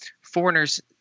foreigners